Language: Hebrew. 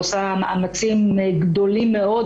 עושה מאמצים גדולים מאוד,